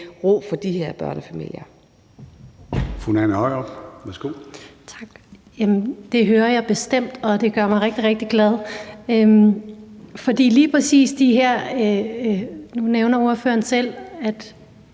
ro for de her børnefamilier.